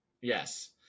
Yes